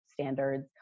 standards